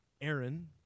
Aaron